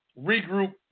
regroup